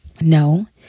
no